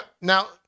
Now